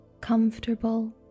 comfortable